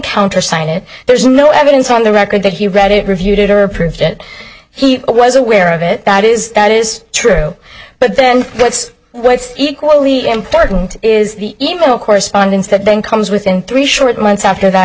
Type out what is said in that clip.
encounters sign it there's no evidence on the record that he read it reviewed it or approved it he was aware of it that is that is true but then that's what's equally important is the e mail correspondence that then comes within three short months after that